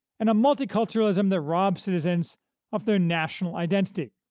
and a multiculturalism that robs citizens of their national identity.